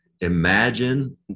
imagine